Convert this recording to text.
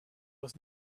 was